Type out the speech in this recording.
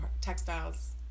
textiles